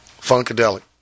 Funkadelic